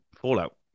Fallout